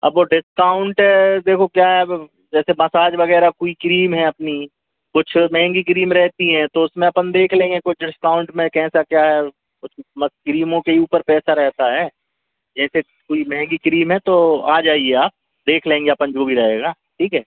अब वो डिस्काउंट देखो क्या है अब जैसे मसाज वगैरह कोई क्रीम है अपनी कुछ महँगी क्रीम रहती हैं तो उसमें अपन देख लेंगे कुछ डिस्काउंट में कैसा क्या है और कुछ बस क्रीमों के ही ऊपर पैसा रहता है जैसे कोई महँगी क्रीम है तो आ जाइए आप देख लेंगे अपन जो भी रहेगा ठीक है